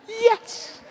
yes